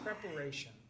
preparation